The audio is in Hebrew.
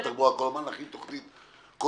התחבורה כל הזמן להכין תוכנית כוללת,